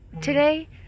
today